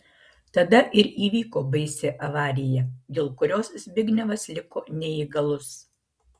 tada ir įvyko baisi avarija dėl kurios zbignevas liko neįgalus